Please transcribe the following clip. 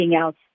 else